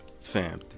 Fam